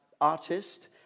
artist